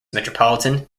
metropolitan